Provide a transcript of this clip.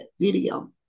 video